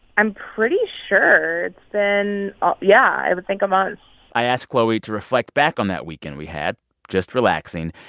i'm pretty sure it's been ah yeah, i would think a month i asked chloe to reflect back on that weekend we had just relaxing.